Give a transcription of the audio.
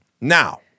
Now